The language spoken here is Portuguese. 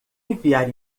enviar